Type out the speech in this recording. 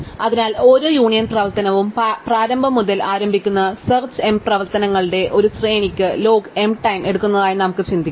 അതിനാൽ ഓരോ യൂണിയൻ പ്രവർത്തനവും പ്രാരംഭം മുതൽ ആരംഭിക്കുന്ന സെർച്ച് m പ്രവർത്തനങ്ങളുടെ ഒരു ശ്രേണിക്ക് ലോഗ് m ടൈം എടുക്കുന്നതായി നമുക്ക് ചിന്തിക്കാം